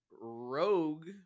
Rogue